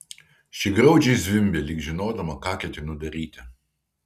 ši graudžiai zvimbė lyg žinodama ką ketinu daryti